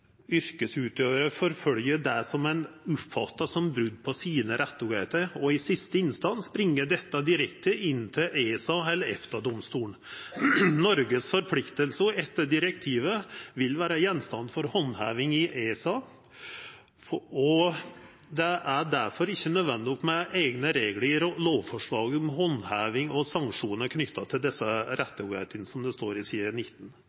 det som ein oppfattar som brot på sine rettar, og i siste instans bringa dette direkte inn for ESA og EFTA-domstolen. På side 19 i proposisjonen står det at Noregs forpliktingar etter direktivet vil «være gjenstand for håndheving av ESA. Det er derfor ikke nødvendig med egne regler i lovforslaget om håndheving og sanksjoner knyttet til disse